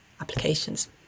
applications